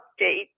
update